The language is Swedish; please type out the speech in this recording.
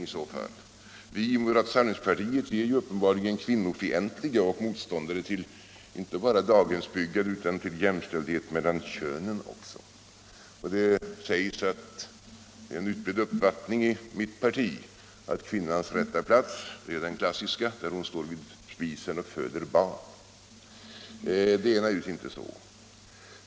Vi inom moderata samlingspartiet är uppenbarligen kvinnofientliga och motståndare inte bara till daghemsbyggen utan också till jämställdhet mellan könen. Det sägs att det är en utbredd uppfattning i mitt parti att kvinnans rätta plats är den klassiska, där hon står vid spisen och föder barn. Det är naturligtvis inte så.